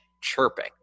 chirping